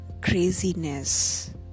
craziness